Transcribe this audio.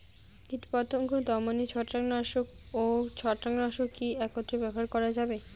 কীটপতঙ্গ দমনে ছত্রাকনাশক ও কীটনাশক কী একত্রে ব্যবহার করা যাবে?